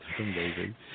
amazing